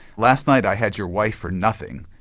last night i had your wife for nothing.